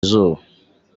izuba